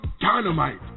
dynamite